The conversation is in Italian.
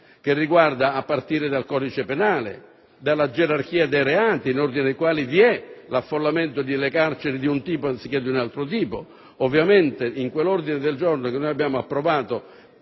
questa deve partire dal codice penale, dalla gerarchia dei reati, in ordine ai quali vi è l'affollamento nelle carceri di un tipo anziché di un altro tipo. Nell'ordine del giorno che abbiamo approvato,